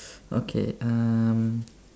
okay um